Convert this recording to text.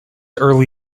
early